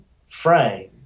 frame